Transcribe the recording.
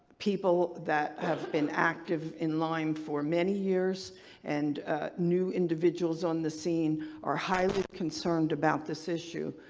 people that have been active in lyme for many years and knew individuals on the scene are highly concerned about this issue.